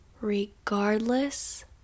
Regardless